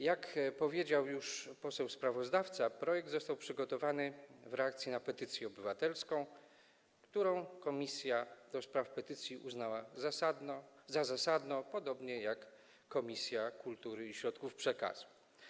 Jak powiedział już poseł sprawozdawca, projekt został przygotowany w reakcji na petycję obywatelską, którą Komisja do Spraw Petycji uznała za zasadną, podobnie jak Komisja Kultury i Środków Przekazu.